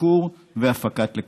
בתחקור ובהפקת לקחים.